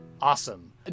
Awesome